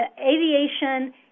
Aviation